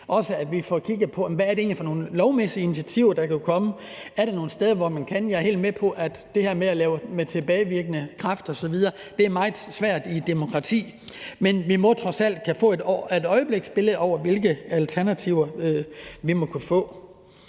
med, at vi får kigget på, hvad det egentlig er for nogle lovmæssige initiativer, der kan komme. Er der nogle steder, hvor man kan gøre det? Jeg er helt med på, at det her med at lave love med tilbagevirkende kraft osv., er meget svært i et demokrati, men vi må trods alt kunne få et øjebliksbillede af, hvilke alternative vi må kunne få.